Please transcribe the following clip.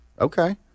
Okay